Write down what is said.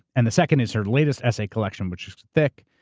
and the second is her latest essay collection, which is thick,